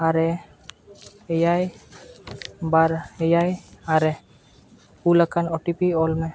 ᱟᱨᱮ ᱮᱭᱟᱭ ᱵᱟᱨ ᱮᱭᱟᱭ ᱟᱨᱮ ᱠᱩᱞ ᱟᱠᱟᱱ ᱳᱴᱤᱯᱤ ᱚᱞ ᱢᱮ